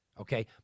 okay